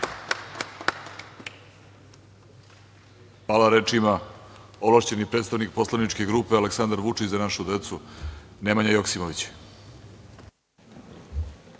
Hvala. Reč ima ovlašćeni predstavnik Poslaničke grupe Aleksandar Vučić – Za našu decu, Nemanja Joksimović. Izvolite.